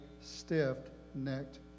stiff-necked